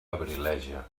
abrileja